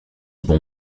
bon